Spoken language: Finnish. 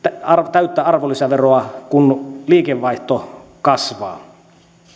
täyttä arvonlisäveroa kun liikevaihto kasvaa